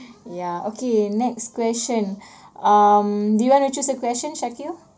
ya okay next question um do you want to choose a question shakir